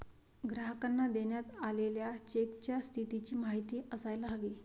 ग्राहकांना देण्यात आलेल्या चेकच्या स्थितीची माहिती असायला हवी